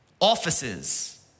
offices